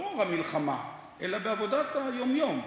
לא במלחמה אלא בעבודת היום-יום.